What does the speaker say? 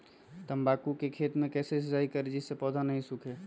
तम्बाकू के खेत मे कैसे सिंचाई करें जिस से पौधा नहीं सूखे?